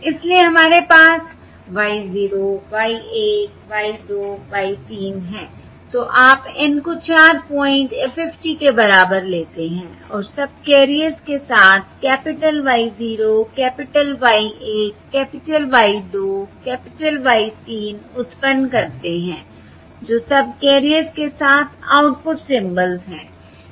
इसलिए हमारे पास y 0 y 1 y 2 y 3 है तो आप N को 4 पॉइंट FFT के बराबर लेते हैं और सबकैरियर्स के साथ capital Y 0 capital Y 1 capital Y 2 capital Y 3 उत्पन्न करते हैं जो सबकैरियर्स के साथ आउटपुट सिंबल्स हैं